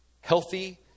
healthy